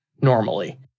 normally